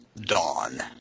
dawn